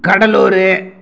Cuddalore